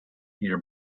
your